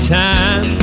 time